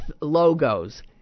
logos